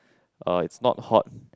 uh it's not hot